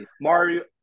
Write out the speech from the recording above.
Mario